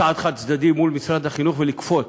צעד חד-צדדי מול משרד החינוך, ולכפות,